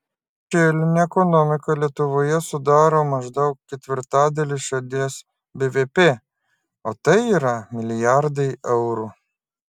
šešėlinė ekonomika lietuvoje sudaro maždaug ketvirtadalį šalies bvp o tai yra milijardai eurų